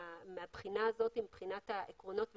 מהבחינה הזאת, מבחינת העקרונות והרציונל,